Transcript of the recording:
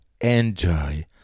enjoy